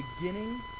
beginning